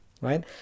right